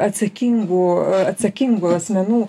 atsakingų atsakingų asmenų